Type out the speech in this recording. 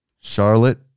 Charlotte